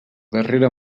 darrera